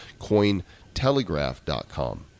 Cointelegraph.com